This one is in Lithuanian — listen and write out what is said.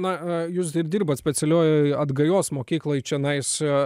na jūs dirbat specialiojoj atgajos mokykloj čionais